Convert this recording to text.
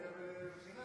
ביבי הבטיח שזה יהיה חינם.